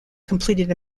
completed